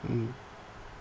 mmhmm